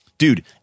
Dude